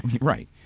Right